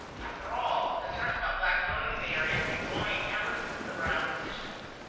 after all, concerns about blacks voting in the area had been growing ever since the brown decisions.